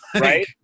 right